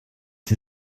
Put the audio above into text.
sie